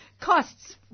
Costs